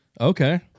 Okay